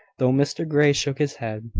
though mr grey shook his head,